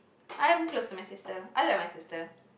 I am close to my sister I love my sister